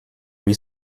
lui